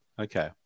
Okay